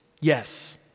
Yes